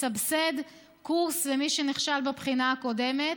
תסבסד קורס למי שנכשל בבחינה הקודמת.